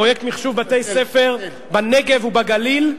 פרויקט מחשוב בתי-ספר בנגב ובגליל.